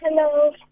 Hello